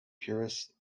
puris